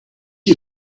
you